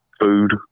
food